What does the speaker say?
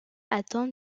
attendre